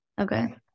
Okay